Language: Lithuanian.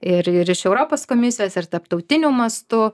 ir ir iš europos komisijos ir tarptautiniu mastu